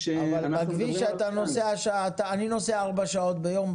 בכביש אני נוסע ארבע שעות ביום.